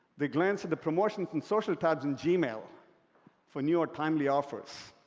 they glance at the promotions and social tabs in gmail for new or timely offers.